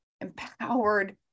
empowered